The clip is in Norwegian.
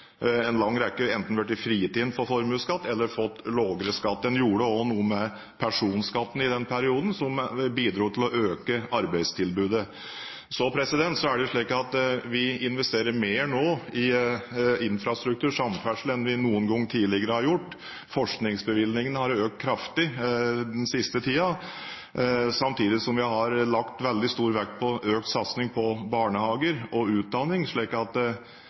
en lang rekke enten blitt fritatt for formuesskatt eller fått lavere skatt. En gjorde også noe med personskatten i den perioden, som bidro til å øke arbeidstilbudet. Så er det slik at vi investerer mer nå i infrastruktur, samferdsel, enn vi noen gang tidligere har gjort. Forskningsbevilgingene har økt kraftig den siste tiden, samtidig som vi har lagt veldig stor vekt på økt satsing på barnehager og utdanning.